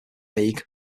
league